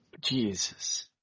Jesus